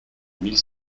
mille